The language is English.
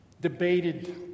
debated